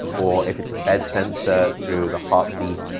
or if it's a bed sensor, through the heartbeat,